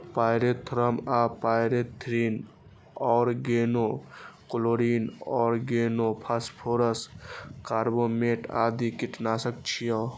pyrethrum आ pyrethrin, organochlorine, organophosphorus, carbamate आदि कीटनाशक छियै